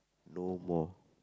no more